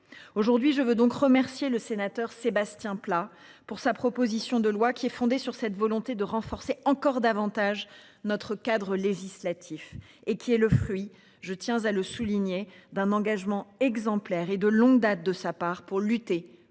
aujourd'hui je veux donc remercier le sénateur Sébastien Pla pour sa proposition de loi qui est fondée sur cette volonté de renforcer encore davantage notre cadre législatif et qui est le fruit, je tiens à le souligner d'un engagement exemplaire et de longue date de sa part pour lutter contre